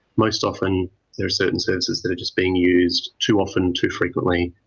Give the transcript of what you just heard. most often there are certain services that are just being used too often, too frequently,